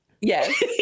yes